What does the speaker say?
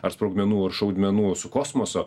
ar sprogmenų ir šaudmenų su kosmoso